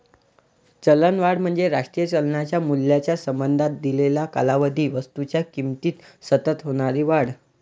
चलनवाढ म्हणजे राष्ट्रीय चलनाच्या मूल्याच्या संबंधात दिलेल्या कालावधीत वस्तूंच्या किमतीत सतत होणारी वाढ